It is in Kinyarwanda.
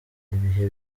ibihe